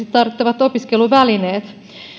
tarvittavat opiskeluvälineet